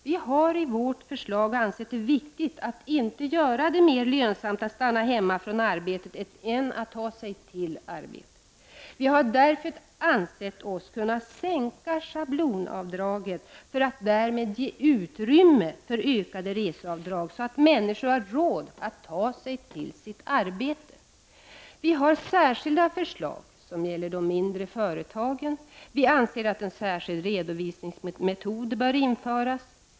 Vi har i vårt förslag ansett det viktigt att inte göra det mer lönsamt att stanna hemma än att ta sig till arbetet. Vi har därför ansett oss kunna sänka schablonavdraget för att därigenom ge utrymme för ökade reseavdrag för att människor skall ha råd att ta sig till sitt arbete. Vi har särskilda förslag som gäller de mindre företagen. Vi anser att en särskild redovisningsmetod bör införas.